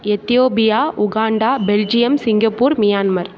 Ethiopia Uganda Belgium Singapore Myanmar